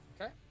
Okay